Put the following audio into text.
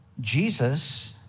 Jesus